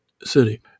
city